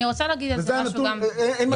אני מבקשת להגיד על זה משהו, גם